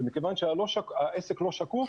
ומכיוון שהעסק לא שקוף